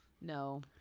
no